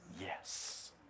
Yes